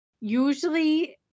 usually